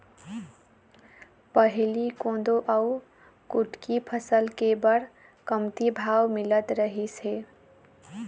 पहिली कोदो अउ कुटकी फसल के बड़ कमती भाव मिलत रहिस हे